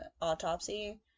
autopsy